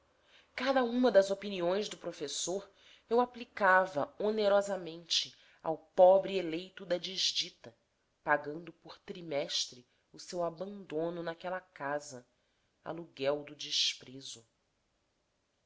cada uma das opiniões do professor eu aplicava onerosamente ao pobre eleito da desdita pagando por trimestre o seu abandono naquela casa alaguei do desprezo